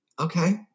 okay